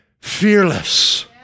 fearless